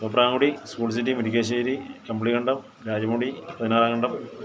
Thopramkudy school city Murickassery Kambilikandam Rajamudi Pathinaramkandam